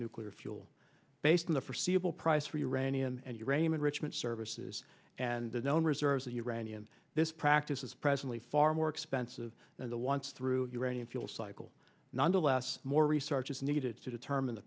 nuclear fuel based on the forseeable price for uranium and uranium enrichment services and the known reserves of uranium this practice is presently far more expensive than the once through uranium fuel cycle nonetheless more research is needed to determine the